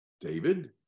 David